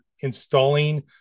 installing